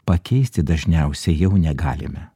pakeisti dažniausiai jau negalime